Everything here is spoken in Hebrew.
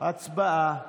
הצבעה.